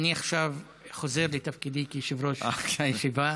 עכשיו אני חוזר לתפקידי כיושב-ראש הישיבה